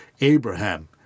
Abraham